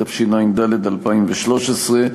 התשע"ד 2013,